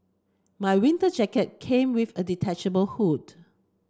my winter jacket came with a detachable hood